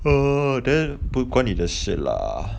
oh then 不关你的 shit lah